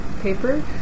paper